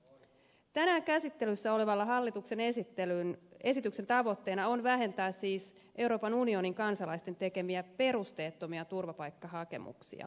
tänään käsittelyssä olevan hallituksen esityksen tavoitteena on vähentää siis euroopan unionin kansalaisten tekemiä perusteettomia turvapaikkahakemuksia